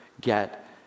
get